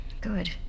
Good